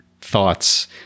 thoughts